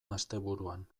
asteburuan